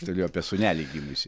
turiu apie sūnelį gimusį